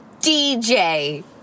DJ